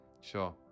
Sure